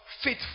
fit